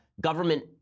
government